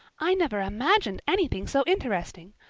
i never imagined anything so interesting.